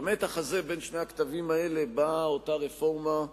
במתח הזה בין שני הקטבים האלה באה אותה רפורמה,